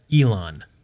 elon